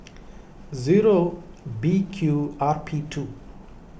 zero B Q R P two